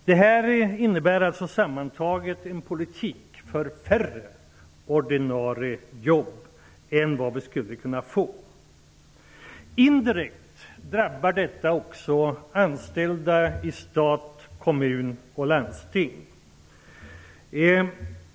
Detta innebär sammantaget en politik för färre ordinarie jobb än vad vi skulle kunna få. Indirekt drabbar detta också anställda i stat, kommun och landsting.